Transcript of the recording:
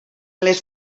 les